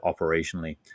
operationally